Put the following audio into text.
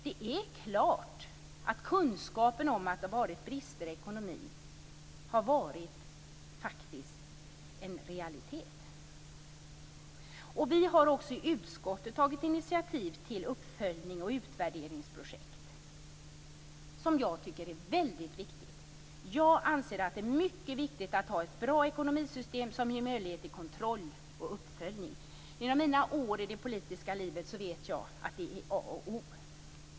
Det är klart att kunskapen om brister i ekonomin har varit en realitet. Vi har i utskottet tagit initiativ till uppföljnings och utvärderingsprojekt, som jag tycker är väldigt viktigt. Jag anser att det är mycket viktigt att ha ett bra ekonomisystem som ger möjlighet till kontroll och uppföljning. Efter mina år i det politiska livet vet jag att det är A och O.